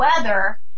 weather